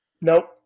Nope